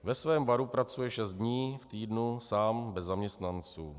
Ve svém baru pracuje šest dní v týdnu, sám bez zaměstnanců.